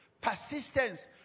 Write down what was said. persistence